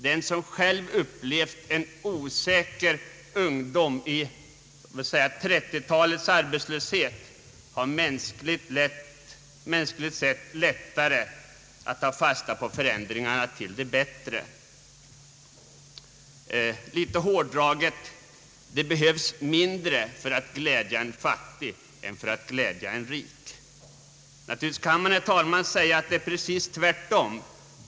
Den som själv upplevt en osäker ungdom i 1930-talets arbetslöshet har mänskligt sett lättare att ta fasta på förändringarna till det bättre. En smula hårdraget uttryckt: Det behövs mindre för att glädja en fattig än för att glädja en rik. Naturligtvis kan man, herr talman, säga att det är precis tvärtom.